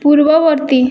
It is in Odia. ପୂର୍ବବର୍ତ୍ତୀ